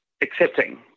accepting